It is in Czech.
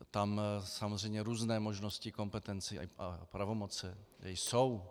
Tam samozřejmě různé možnosti kompetencí a pravomoci jsou.